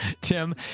Tim